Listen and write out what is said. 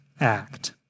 act